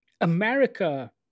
America